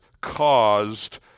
caused